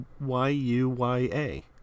Y-U-Y-A